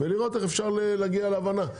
ולראות איך אפשר להגיע להבנה.